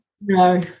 No